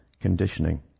conditioning